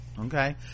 okay